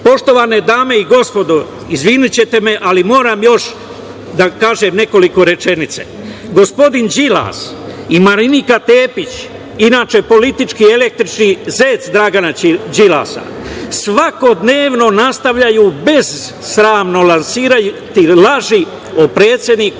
nacije. Poštovane dame i gospodo, izvinićete me, ali moram još da kažem nekoliko rečenica. Gospodin Đilas i Marinika Tepić, inače politički električni zec Dragana Đilasa, svakodnevno nastavljaju besramno lansirati laži o predsedniku